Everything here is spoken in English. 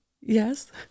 Yes